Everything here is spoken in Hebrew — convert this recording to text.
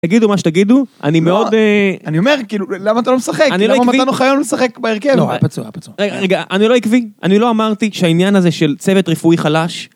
תגידו מה שתגידו, אני מאוד... אני אומר, כאילו, למה אתה לא משחק? למה מתן אוחיון משחק בהרכב? לא, היה פצוע, היה פצוע רגע, רגע, אני לא עקבי, אני לא אמרתי שהעניין הזה של צוות רפואי חלש...